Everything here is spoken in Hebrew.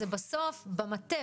זה בסוף פוגע במטה,